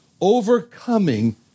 overcoming